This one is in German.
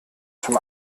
zum